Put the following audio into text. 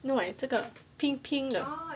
no eh 这个 pink pink 的